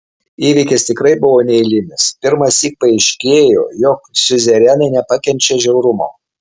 įvykis tikrai buvo neeilinis pirmąsyk paaiškėjo jog siuzerenai nepakenčia žiaurumo